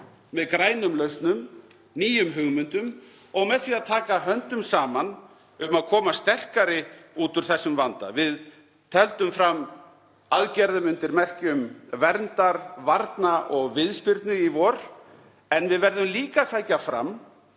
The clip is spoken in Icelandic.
með grænum lausnum, nýjum hugmyndum og með því að taka höndum saman um að koma sterkari út úr vandanum. Við tefldum fram aðgerðum undir merkjum verndar, varna og viðspyrnu í vor, en við verðum líka að sækja fram,